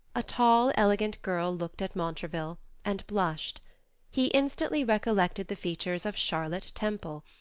a tall, elegant girl looked at montraville and blushed he instantly recollected the features of charlotte temple,